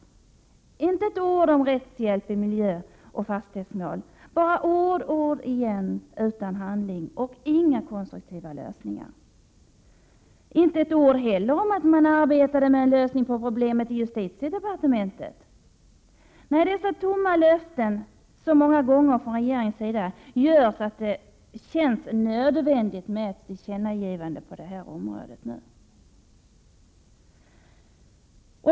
Där fanns inte ett ord om rättshjälp i miljöoch fastighetsmål — det var bara ord och ord igen utan handling och inga konstruktiva lösningar. Det fanns inte heller ett ord om att justitiedepartementet arbetade med att lösa problemet. Nej, dessa tomma löften som så många gånger har kommit från regeringens sida gör att det nu känns nödvändigt med ett tillkännagivande på detta område.